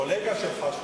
הקולגה שלך,